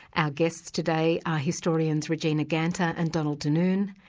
our guests today are historians regina ganter and donald denoon,